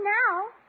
now